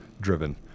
driven